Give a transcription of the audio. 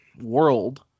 world